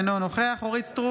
אינו נוכח אורית מלכה סטרוק,